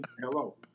Hello